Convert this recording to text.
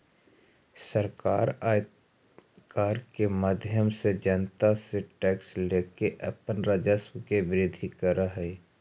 सरकार आयकर के माध्यम से जनता से टैक्स लेके अपन राजस्व के वृद्धि करऽ हई